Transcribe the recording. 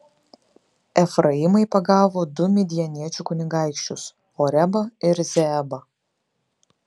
efraimai pagavo du midjaniečių kunigaikščius orebą ir zeebą